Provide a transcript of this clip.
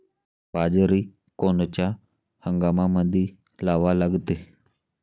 बाजरी कोनच्या हंगामामंदी लावा लागते?